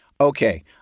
Okay